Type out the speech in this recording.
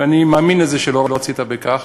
ואני מאמין שלא רצית בכך,